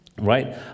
right